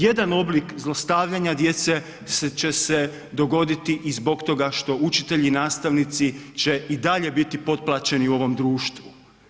Jedan oblik zlostavljanja djece će se dogoditi i zbog toga što učitelji i nastavnici će i dalje biti potplaćeni u ovom društvu.